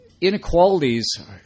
inequalities